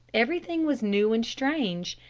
everything was new and strange.